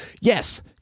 Yes